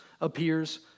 appears